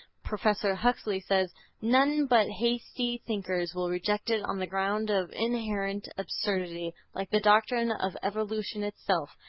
professor huxley says none but hasty thinkers will reject it on the ground of inherent absurdity. like the doctrine of evolution itself,